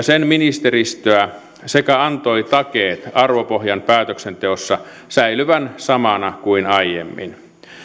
sen ministeristöä sekä antoi takeet arvopohjan päätöksenteossa säilyvän samana kuin aiemmin